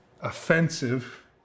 offensive